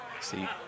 See